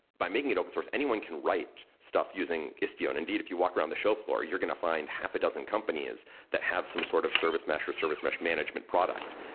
by making it open source, anyone can write stuff using istio. and indeed, if you walk around the show floor, you're going find half a dozen companies that have some sort of service mesh or service mesh management product.